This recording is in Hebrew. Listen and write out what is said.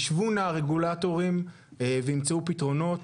ישבו נא הרגולטורים וימצאו פתרונות.